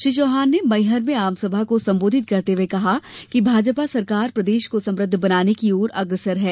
श्री चौहान मैहर में आमसभा को सम्बोधित करते हुए कहा कि भाजपा सरकार प्रदेश को समृद्ध बनाने की ओर अग्रसर है